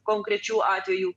konkrečių atvejų